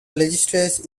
legislature